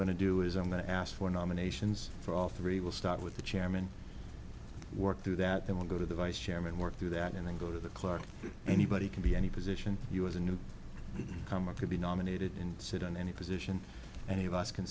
going to do is i'm the ass for nominations for all three will start with the chairman work through that then we'll go to the vice chairman work through that and then go to the clerk anybody can be any position you as a new comer could be nominated in sit in any position any of us can